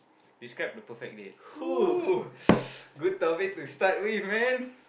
describe the perfect date oo good topic to start with man